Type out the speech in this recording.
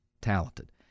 talented